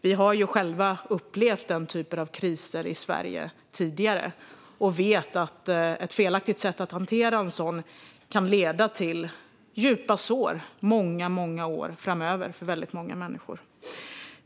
Vi har ju själva upplevt den typen av kriser i Sverige tidigare och vet att ett felaktigt sätt att hantera en sådan kan leda till djupa sår många år framöver för väldigt många människor.